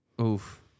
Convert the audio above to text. Oof